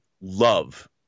love